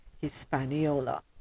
hispaniola